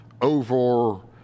over